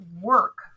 work